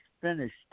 finished